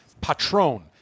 Patron